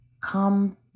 come